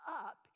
up